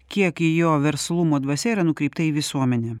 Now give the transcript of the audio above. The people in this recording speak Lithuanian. kiek jo verslumo dvasia yra nukreipta į visuomenę